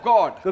God